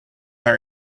that